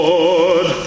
Lord